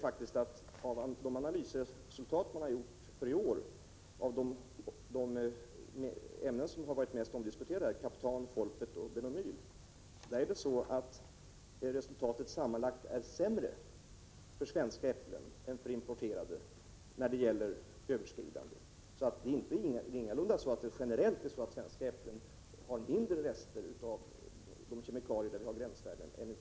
Resultatet av de analyser som har gjorts i år av de ämnen som har varit mest omdiskuterade — kaptan, folpert och benomyl — visar att läget sammantaget är sämre för svenska äpplen än för importerade när det gäller överskridandet av gränsvärden. Generellt sett är det ingalunda så, att svenska äpplen har mindre av kemikalierester än utländska äpplen. Detta gäller i de fall där det finns gränsvärden.